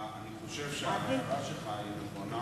אני חושב שההערה שלך נכונה,